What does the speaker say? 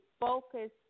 focus